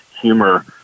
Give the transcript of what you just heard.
humor